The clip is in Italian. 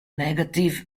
negative